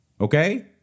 Okay